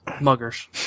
muggers